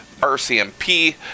RCMP